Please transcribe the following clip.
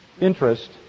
interest